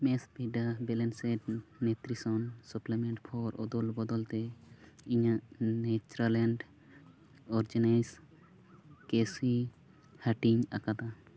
ᱢᱮᱥᱵᱷᱤᱰᱟᱹ balanced nutrition supplement for ᱚᱫᱚᱞ ᱵᱚᱫᱚᱞ ᱛᱮ ᱤᱧᱟᱹᱜ ᱱᱮᱪᱨᱟᱞᱮᱱᱰ ᱚᱨᱡᱤᱱᱤᱥ ᱠᱮᱥᱤ ᱦᱟᱴᱤᱧ ᱟᱠᱟᱫᱟ